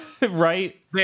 Right